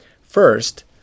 First